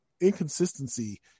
inconsistency